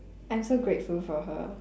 I'm so grateful for her